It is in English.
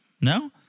No